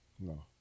No